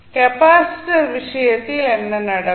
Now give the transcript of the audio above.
capacitor விஷயத்தில் என்ன நடக்கும்